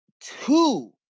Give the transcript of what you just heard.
two